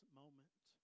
moment